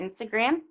instagram